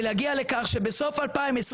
ולהגיע לכך שבסוף 2025